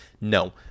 no